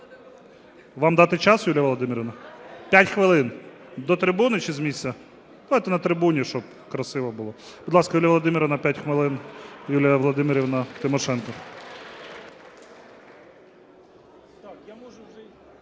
Вам дати час, Юліє Володимирівно? 5 хвилин. До трибуни чи з місця? Давайте на трибуні, щоб красиво було. Будь ласка, Юлія Володимирівна, 5 хвилин. Юлія Володимирівна Тимошенко.